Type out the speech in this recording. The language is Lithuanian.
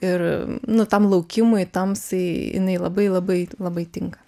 ir nu tam laukimui tamsai jinai labai labai labai tinka